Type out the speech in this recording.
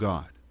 God